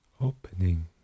opening